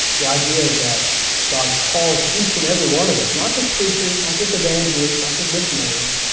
the idea that god calls each and every one of us, not just preachers, not just evangelists, not just missionaries,